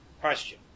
question